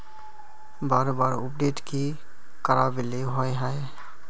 बार बार अपडेट की कराबेला होय है?